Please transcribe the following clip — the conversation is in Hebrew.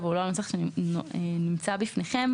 אבל הוא לא הנוסח שנמצא בפניכם.